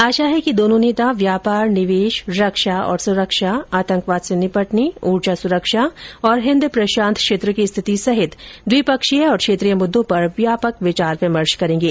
आशा है कि दोनों नेता व्यापार निवेश रक्षा और सुरक्षा आंतकवाद से निपटने ऊर्जा सुरक्षा और हिंद प्रशांत क्षेत्र की स्थिति सहित द्विपक्षीय और क्षेत्रीय मुद्दों पर व्यापक विचार विमर्श करेंगे